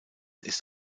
ist